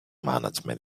management